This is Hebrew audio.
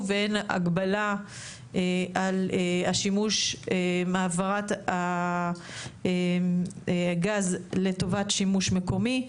ואין הגבלה על העברת הגז לטובת שימוש מקומי.